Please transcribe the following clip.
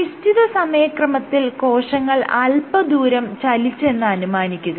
നിശ്ചിത സമയക്രമത്തിൽ കോശങ്ങൾ അല്പദൂരം ചലിച്ചെന്ന് അനുമാനിക്കുക